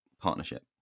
partnership